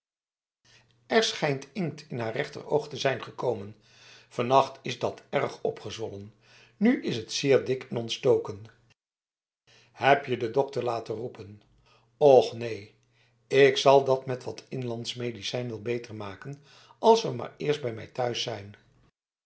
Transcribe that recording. schijnt inkt in haar rechteroog te zijn gekomen vannacht is dat ergopgezwollen nu is het zeer dik en ontstoken heb je de dokter laten roepen och neen ik zal dat met wat inlandse medicijn wel beter maken als we maar eerst bij mij thuis zijn